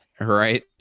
Right